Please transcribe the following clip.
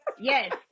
Yes